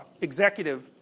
executive